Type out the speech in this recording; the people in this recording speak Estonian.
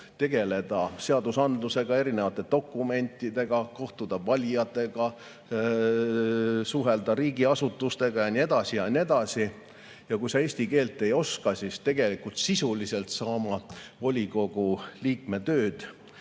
tegeleda seadusandlusega ja erinevate dokumentidega, kohtuda valijatega, suhelda riigiasutustega ja nii edasi ja nii edasi. Ja kui sa eesti keelt ei oska, siis tegelikult sisuliselt sa volikogu liikme tööd